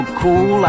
cool